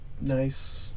nice